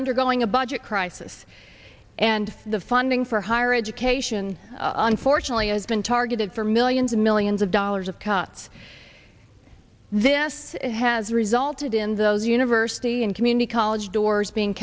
undergoing a budget crisis and the funding for higher education unfortunately has been targeted for millions and millions of dollars of cuts this has resulted in those university and community college doors being